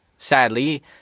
Sadly